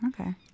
Okay